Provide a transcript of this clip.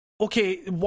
okay